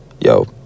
yo